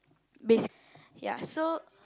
bas~ ya so